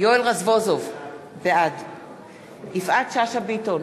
יואל רזבוזוב, בעד יפעת שאשא ביטון,